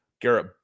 Garrett